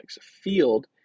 field